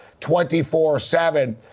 24-7